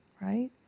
right